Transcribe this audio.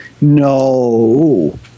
No